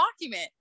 document